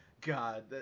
God